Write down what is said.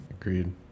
Agreed